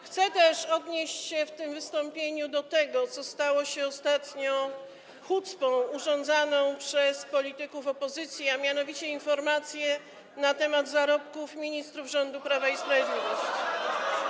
Chcę też odnieść się w tym wystąpieniu do tego, co stało się ostatnio hucpą urządzaną przez polityków opozycji, a mianowicie informacji na temat zarobków ministrów rządu Prawa i Sprawiedliwości.